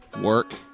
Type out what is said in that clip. work